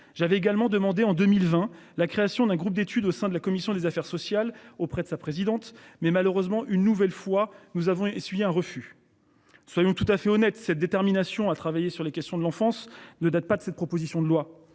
J'avais également demandé en 2020 la création d'un groupe d'étude au sein de la commission des affaires sociales auprès de sa présidente, mais malheureusement une nouvelle fois, nous avons essuyé un refus. Soyons tout à fait honnête. Cette détermination à travailler sur les questions de l'enfance ne date pas de cette proposition de loi